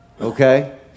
Okay